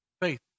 Faith